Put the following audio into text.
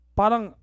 parang